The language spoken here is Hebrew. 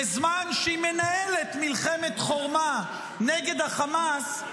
בזמן שהיא מנהלת מלחמת חורמה נגד חמאס,